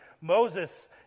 Moses